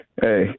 Hey